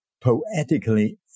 poetically